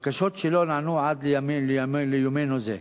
בקשות שלא נענו עד ליומנו זה.